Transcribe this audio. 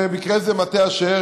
במקרה זה מטה אשר,